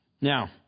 Now